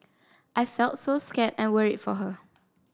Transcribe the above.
I felt so scared and worried for her